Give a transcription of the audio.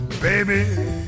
Baby